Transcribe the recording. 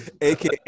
aka